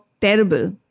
terrible